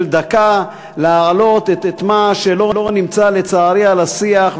דקה להעלות את מה שלא נמצא לצערי בשיח,